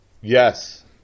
Yes